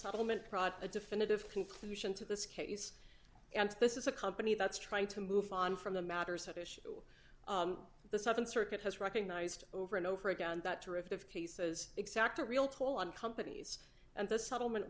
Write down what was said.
settlement prot a definitive conclusion to this case and this is a company that's trying to move on from the matters at issue the southern circuit has recognized over and over again that a rift of cases exact a real toll on companies and the settlement